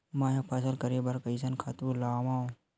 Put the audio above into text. मैं ह फसल करे बर कइसन खातु लेवां?